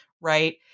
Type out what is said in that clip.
right